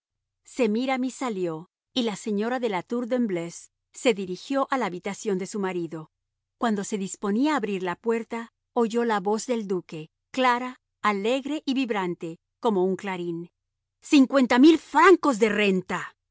señor duque semíramis salió y la señora de la tour de embleuse se dirigió a la habitación de su marido cuando se disponía a abrir la puerta oyó la voz del duque clara alegre y vibrante como un clarín cincuenta mil francos de renta